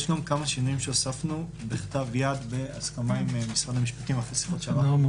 יש גם כמה שינויים שהוספנו בכתב יד בהסכמה עם משרד המשפטים הבוקר.